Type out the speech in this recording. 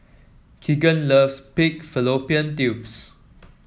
Kegan loves Pig Fallopian Tubes